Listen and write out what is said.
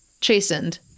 Chastened